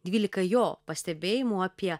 dvylika jo pastebėjimų apie